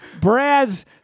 Brad's